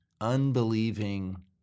unbelieving